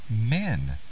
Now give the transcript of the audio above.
men